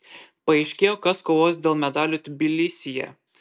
paaiškėjo kas kovos dėl medalių tbilisyje